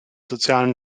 sozialen